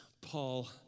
Paul